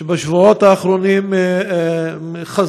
שבשבועות האחרונים חזרו,